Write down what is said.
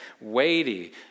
weighty